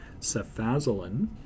Cefazolin